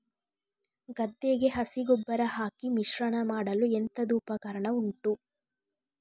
ಗದ್ದೆಗೆ ಹಸಿ ಗೊಬ್ಬರ ಹಾಕಿ ಮಿಶ್ರಣ ಮಾಡಲು ಎಂತದು ಉಪಕರಣ ಉಂಟು?